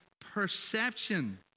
perception